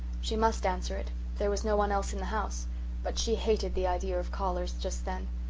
she must answer it there was no one else in the house but she hated the idea of callers just then.